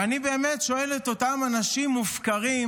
ואני באמת שואל את אותם אנשים מופקרים: